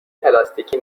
پلاستیکی